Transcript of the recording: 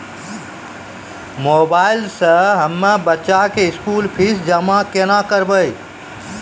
Mobile से हम्मय बच्चा के स्कूल फीस जमा केना करबै?